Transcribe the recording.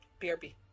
BRB